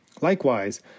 Likewise